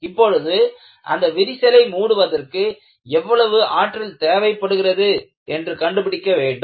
இப்பொழுது அந்த விரிசலை மூடுவதற்கு எவ்வளவு ஆற்றல் தேவைப்படுகிறது என்று கண்டுபிடிக்க வேண்டும்